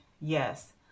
Yes